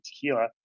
tequila